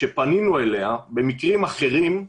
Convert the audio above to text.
עת פנינו אליה במקרים אחרים,